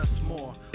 more